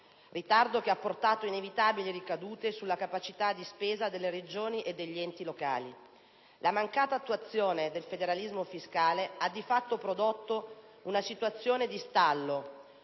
ritardo che ha portato inevitabili ricadute sulla capacità di spesa delle Regioni e degli enti locali. La mancata attuazione del federalismo fiscale ha di fatto prodotto una situazione di stallo,